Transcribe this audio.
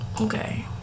Okay